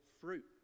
fruit